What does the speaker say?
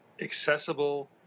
accessible